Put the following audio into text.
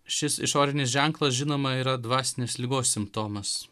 šis išorinis ženklas žinoma yra dvasinės ligos simptomas